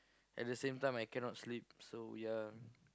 at the same time I cannot sleep so we are